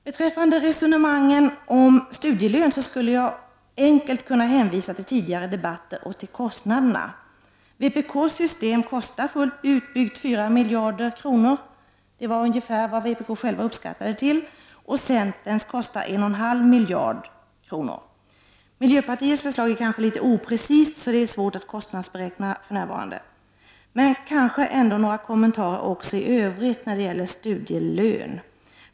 Beträffande resonemangen om studielön skulle jag enkelt kunna hänvisa till tidigare debatter och till kostnaderna. Vpk:s system kostar enligt vpk:s egna uppskattningar fullt utbyggt 4 miljarder kronor, och centerns kostar 1,5 miljarder kronor. Miljöpartiets förslag är kanske litet oprecist, så det är för närvarande svårt att kostnadsberäkna. Men kanske skall jag ändå ge några kommentarer även i övrigt när det gäller studielön.